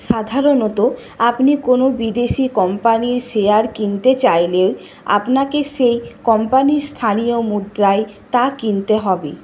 সাধারণত আপনি কোনো বিদেশি কোম্পানির শেয়ার কিনতে চাইলে আপনাকে সেই কোম্পানির স্থানীয় মুদ্রায় তা কিনতে হবে